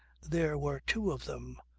there were two of them,